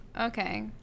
Okay